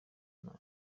nabi